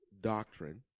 doctrine